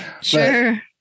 sure